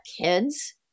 kids